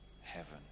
heaven